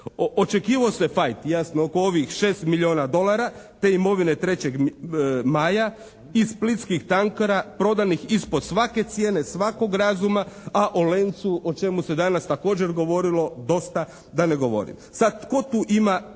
očekivao se fajt jasno oko ovih 6 milijuna dolara te imovine "3. Maja" i splitskih tankara prodanih ispod svake cijene svakog razuma, a o "Lencu" o čemu se danas također govorilo dosta da ne govorim.